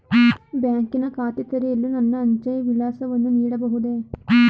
ಬ್ಯಾಂಕಿನ ಖಾತೆ ತೆರೆಯಲು ನನ್ನ ಅಂಚೆಯ ವಿಳಾಸವನ್ನು ನೀಡಬಹುದೇ?